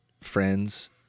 friends